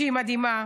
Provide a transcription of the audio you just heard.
שהיא מדהימה,